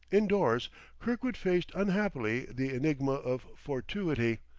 indoors kirkwood faced unhappily the enigma of fortuity,